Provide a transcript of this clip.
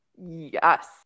yes